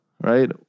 right